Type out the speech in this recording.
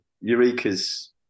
Eureka's